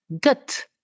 gut